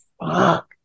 fuck